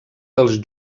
dels